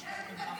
יש מתנגדים, כן.